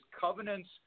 covenants